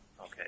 Okay